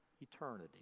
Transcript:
eternity